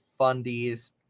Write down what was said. fundies